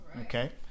okay